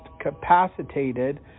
capacitated